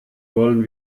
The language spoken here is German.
wollen